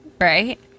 Right